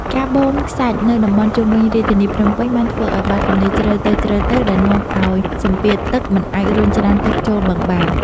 ការបូមខ្សាច់នៅតំបន់ជុំវិញរាជធានីភ្នំពេញបានធ្វើឱ្យបាតទន្លេជ្រៅទៅៗដែលនាំឱ្យសម្ពាធទឹកមិនអាចរុញច្រានទឹកចូលបឹងបាន។